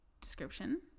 description